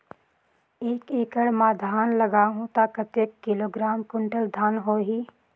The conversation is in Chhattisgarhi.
एक एकड़ मां धान लगाहु ता कतेक किलोग्राम कुंटल धान होही?